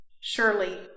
Surely